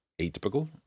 atypical